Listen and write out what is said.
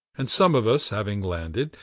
and some of us, having landed,